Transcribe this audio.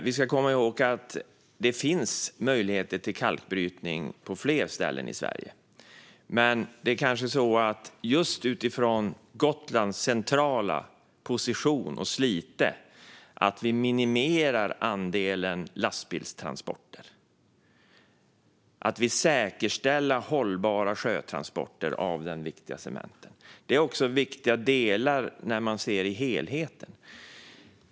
Vi ska komma ihåg att det finns möjligheter till kalkbrytning på fler ställen i Sverige, men det är kanske så att vi just utifrån Gotlands centrala position och Slite minimerar andelen lastbilstransporter och säkerställer hållbara sjötransporter av den viktiga cementen. Detta är viktiga delar när man ser på helheten.